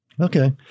Okay